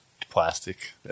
plastic